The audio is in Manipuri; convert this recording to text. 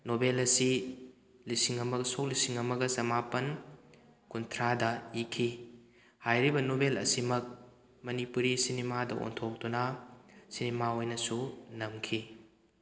ꯅꯣꯕꯦꯜ ꯑꯁꯤ ꯂꯤꯁꯤꯡ ꯑꯃꯒ ꯁꯣꯛ ꯂꯤꯁꯤꯡ ꯑꯃꯒ ꯆꯃꯥꯄꯟ ꯀꯨꯟꯊ꯭ꯔꯥꯗ ꯏꯈꯤ ꯍꯥꯏꯔꯤꯕ ꯅꯣꯕꯦꯜ ꯑꯁꯤꯃꯛ ꯃꯅꯤꯄꯨꯔꯤ ꯁꯤꯅꯦꯃꯥꯗ ꯑꯣꯟꯊꯣꯛꯇꯨꯅ ꯁꯤꯅꯦꯃꯥ ꯑꯣꯏꯅꯁꯨ ꯅꯝꯈꯤ